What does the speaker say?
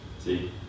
See